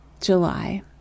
July